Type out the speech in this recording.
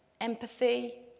empathy